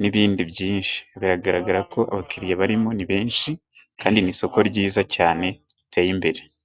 n'ibindi byinshi. Biragaragara ko abakiriya barimo ni benshi, kandi ni isoko ryiza cyane riteye imbere.